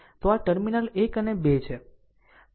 તો આ ટર્મિનલ 1 અને 2 છે